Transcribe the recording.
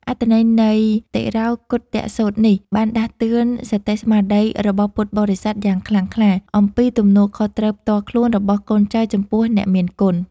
អត្ថន័យនៃតិរោកុឌ្ឍសូត្រនេះ បានដាស់តឿនសតិស្មារតីរបស់ពុទ្ធបរិស័ទយ៉ាងខ្លាំងក្លា អំពីទំនួលខុសត្រូវផ្ទាល់ខ្លួនរបស់កូនចៅចំពោះអ្នកមានគុណ។